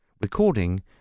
Recording